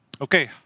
Okay